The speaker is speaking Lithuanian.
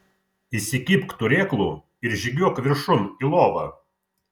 įsikibk turėklų ir žygiuok viršun į lovą